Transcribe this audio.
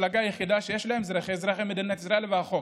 המפלגה היחידה שיש להם היא אזרחי מדינת ישראל והחוק.